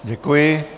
Děkuji.